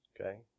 Okay